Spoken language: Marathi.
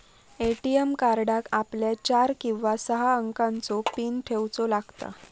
ए.टी.एम कार्डाक आपल्याक चार किंवा सहा अंकाचो पीन ठेऊचो लागता